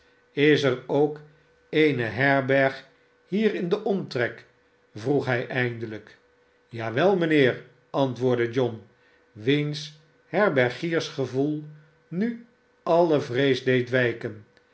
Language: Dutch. is er ook eene herberg hier in den omtrek vroeg hij indelijk ja wel mijnheer antwoordde john wiens herbergiersgevoel nu alle vrees deed wijken